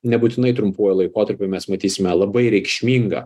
nebūtinai trumpuoju laikotarpiu mes matysime labai reikšmingą